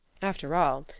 after all,